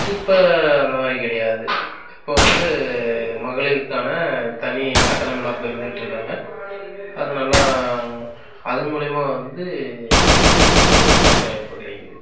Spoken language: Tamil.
இப்போ அந்த மாதிரி கிடையாது இப்போ வந்து மகளிருக்கான தனி கட்டணமில்லா பேருந்து விட்டிருக்காங்க அது நல்லா அது மூலயமா வந்து பெண்களுக்கு நிறைய வேலைவாய்ப்பு கிடைக்குது